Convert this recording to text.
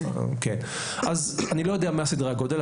אני לא יודע מה סדרי הגודל,